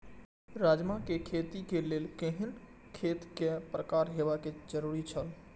राजमा के खेती के लेल केहेन खेत केय प्रकार होबाक जरुरी छल?